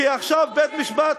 כי עכשיו בית-משפט,